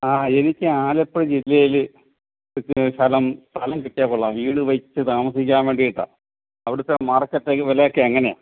ആ എനിക്ക് ആലപ്പുഴ ജില്ലയിൽ ഇച്ചിരി സ്ഥലം സ്ഥലം കിട്ടിയാൽ കൊള്ളാം വീട് വെച്ച് താമസിക്കാൻ വേണ്ടിയിട്ടാണ് അവിടുത്തെ മാർക്കറ്റ് വിലയൊക്കെ എങ്ങനെയാ